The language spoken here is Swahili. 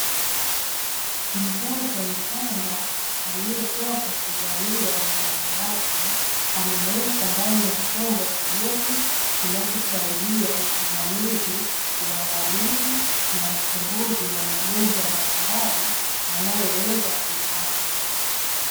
Mtoto mchanga aliyetoka kuzaliwa na mama yake, amewekwa ndani ya chombo kidogo kinachosaidia: usimamizi, uangalizi na uchunguzi wa magonjwa mbalimbali yanayoweza kumuathiri.